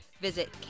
visit